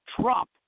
Trump